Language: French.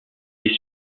est